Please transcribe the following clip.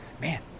man